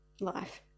life